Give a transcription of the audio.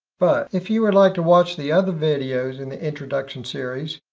but, if you would like to watch the other videos in the introduction series,